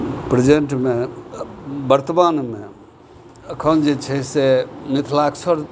प्रेजेंटमे वर्तमानमे अखन जे छै से मिथिलाक्षर